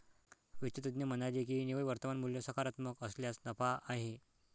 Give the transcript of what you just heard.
वित्त तज्ज्ञ म्हणाले की निव्वळ वर्तमान मूल्य सकारात्मक असल्यास नफा आहे